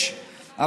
יש,